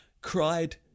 Cried